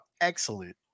excellent